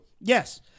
Yes